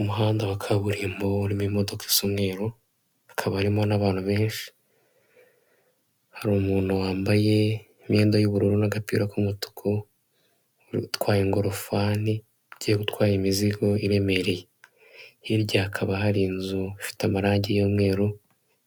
Umuhanda wa kaburimbo urimo imodoka isa mweru hakaba harimo n'abantu benshi, hari umuntu wambaye imyenda yu'ubururu'agapicirora k'umutuku utwaye ingofanigiye utwaye imizigo iremereye hirya hakaba hari inzu ifite amarangi y'umweru